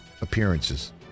appearances